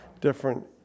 different